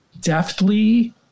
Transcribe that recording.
deftly